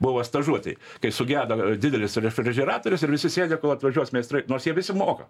buvo stažuotėj kai sugedo didelis refrižeratorius ir visi sėdi kol atvažiuos meistrai nors jie visi moka